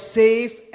safe